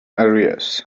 arrears